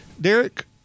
Derek